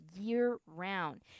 year-round